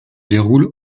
déroule